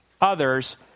others